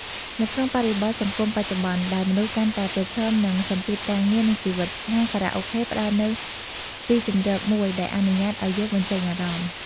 នៅក្នុងបរិបទសង្គមបច្ចុប្បន្ន ដែលមនុស្សកាន់តែប្រឈមនឹងសម្ពាធការងារ និងជីវិត ហាងខារ៉ាអូខេផ្តល់នូវទីជម្រកមួយដែលអនុញ្ញាតឲ្យយើងបញ្ចេញអារម្មណ៍។